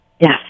Yes